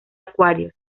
acuarios